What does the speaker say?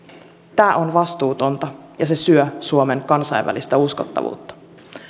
tämä on vastuutonta ja se syö suomen kansainvälistä uskottavuutta